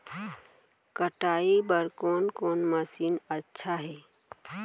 कटाई बर कोन कोन मशीन अच्छा हे?